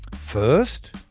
first,